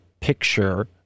picture